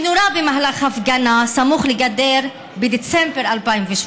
שנורה במהלך הפגנה סמוך לגדר בדצמבר 2017?